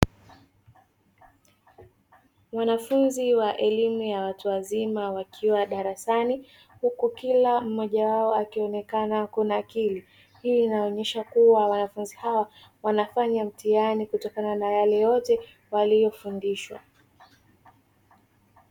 Wanafunzi wa elimu ya watu wazima wakiwa darasani, huku kila mmoja wao akionekana kunakiri. Hii inaonyesha kuwa wanafunzi hawa wanafanya mtihani kutokana na yale yote waliyofundishwa.